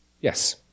yes